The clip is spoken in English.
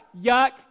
yuck